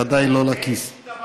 בוודאי לא לכיס.